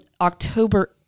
October